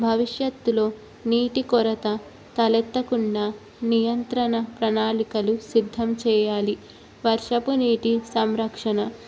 భవిష్యత్తులో నీటి కొరత తలెత్తకుండా నియంత్రణ ప్రణాళికలు సిద్ధం చేయాలి వర్షపు నీటి సంరక్షణ